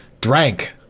drank